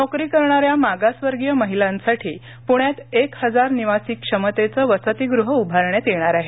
नोकरी करणाऱ्या मागासवर्गीय महिलांसाठी पुण्यात एक हजारनिवासी क्षमतेचं वसतिगृह उभारण्यात येणार आहे